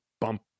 bump